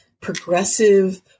progressive